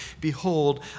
Behold